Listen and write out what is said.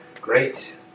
Great